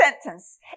sentence